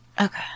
Okay